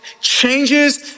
changes